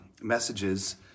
messages